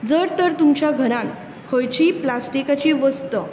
जर तर तुमच्या घरान खयचीय प्लास्टिकाची वस्त